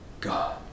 God